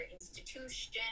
institution